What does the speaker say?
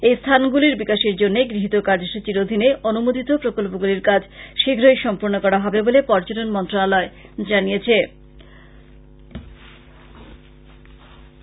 এই স্থানগুলির বিকাশের জন্য গৃহীত কার্যসূচীর অধীনে অনুমোদিত প্রকল্পগুলির কাজ শীঘ্রই সম্পূর্ন করা হবে বলে পর্যটন মন্ত্রনালয় জানিয়েছে